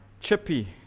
Chippy